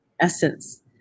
essence